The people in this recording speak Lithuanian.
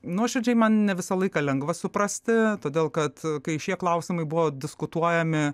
nuoširdžiai man ne visą laiką lengva suprasti todėl kad kai šie klausimai buvo diskutuojami